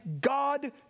God